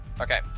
Okay